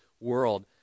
world